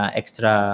extra